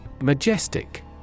Majestic